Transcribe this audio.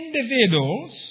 individuals